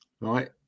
Right